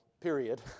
period